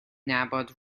nabod